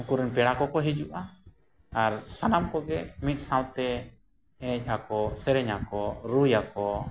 ᱩᱝᱠᱩᱨᱮᱱ ᱯᱮᱲᱟ ᱠᱚᱠᱚ ᱦᱤᱡᱩᱜᱼᱟ ᱟᱨ ᱥᱟᱱᱟᱢ ᱠᱚᱜᱮ ᱢᱤᱫ ᱥᱟᱶᱛᱮ ᱮᱱᱮᱡᱟᱠᱚ ᱥᱮᱨᱮᱧᱟᱠᱚ ᱨᱩᱭᱟᱠᱚ